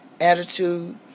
attitude